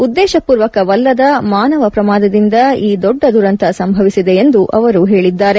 ಉದ್ರೇಶಪೂರ್ವಕವಲ್ಲದ ಮಾನವ ಪ್ರಮಾದದಿಂದ ಈ ದೊಡ್ಡ ದುರಂತ ಸಂಭವಿಸಿದೆ ಎಂದು ಹೇಳದ್ಗಾರೆ